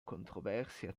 controversia